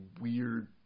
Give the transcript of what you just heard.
weird